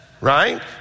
Right